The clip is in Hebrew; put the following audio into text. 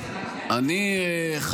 איזה ביזיון.